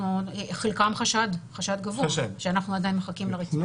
לגבי חלקם זה חשד גבוה ואנחנו עדיין מחכים לריצוף.